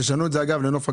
תשנו את זה לנוף הגליל.